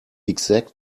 exact